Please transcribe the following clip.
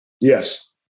yes